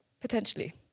Potentially